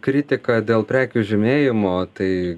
kritika dėl prekių žymėjimo tai